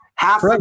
Half